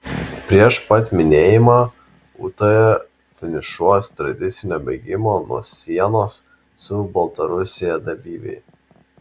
prieš pat minėjimą ūtoje finišuos tradicinio bėgimo nuo sienos su baltarusija dalyviai